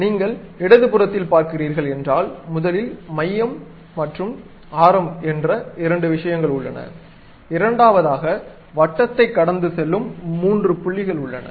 நீங்கள் இடது புறத்தில் பார்க்கிறீர்கள் என்றால் முதலில் மையம் மற்றும் ஆரம் என்ற இரண்டு விஷயங்கள் உள்ளன இரண்டாவதாக வட்டத்தை கடந்து செல்லும் மூன்று புள்ளிகள் உள்ளன